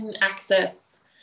access